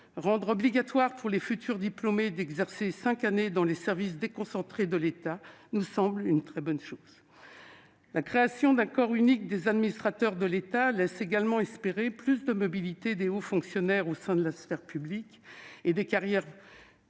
rendre obligatoire pour les futurs diplômés un exercice de cinq années dans les services déconcentrés de l'État est une très bonne mesure. La création d'un corps unique des administrateurs de l'État laisse également espérer plus de mobilité des hauts fonctionnaires au sein de la sphère publique, ainsi que des carrières